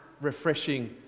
refreshing